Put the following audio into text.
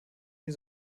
die